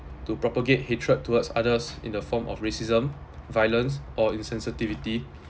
to propagate hatred towards others in the form of racism violence or insensitivity